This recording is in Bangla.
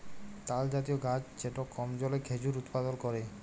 তালজাতীয় গাহাচ যেট কম জলে খেজুর উৎপাদল ক্যরে